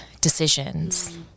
decisions